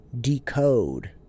Decode